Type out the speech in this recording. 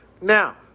Now